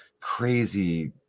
crazy